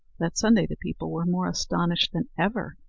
that sunday the people were more astonished than ever,